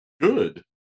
Good